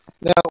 Now